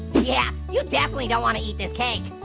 yeah, you definitely don't want to eat this cake.